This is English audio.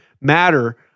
matter